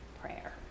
prayer